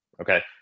Okay